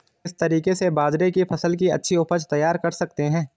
किस तरीके से बाजरे की फसल की अच्छी उपज तैयार कर सकते हैं?